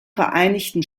vereinigten